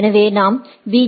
எனவே நாம் பி